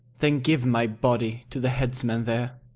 then give my body to the headsman there.